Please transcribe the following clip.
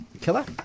Killer